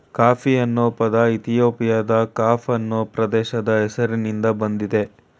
coffee ಅನ್ನೊ ಪದ ಇಥಿಯೋಪಿಯಾದ ಕಾಫ ಅನ್ನೊ ಪ್ರದೇಶದ್ ಹೆಸ್ರಿನ್ದ ಬಂದಯ್ತೆ